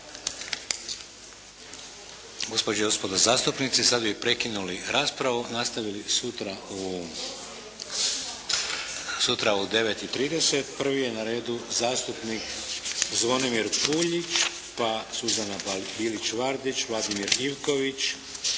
Gospođe i gospodo zastupnici, sad bi prekinuli raspravu, nastavili sutra u 9 i 30. Prvi je na redu zastupnik Zvonimir Puljić, pa Suzana Bilić Vardić, Vladimir Ivković,